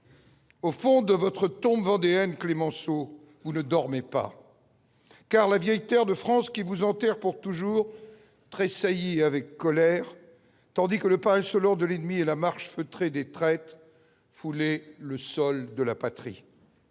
Au fond de votre tombe vendéenne Clémenceau vous ne dormez pas car la vieille terre de France qui vous en terre pour toujours tressaillir avec colère tandis que le Lepage selon de l'ennemi et la marche feutré des traites foulé le sol de la patrie.